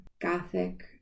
Gothic